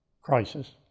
crisis